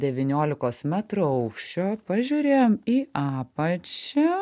devyniolikos metrų aukščio pažiūrėjom į apačią